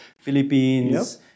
Philippines